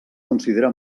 considera